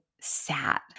sad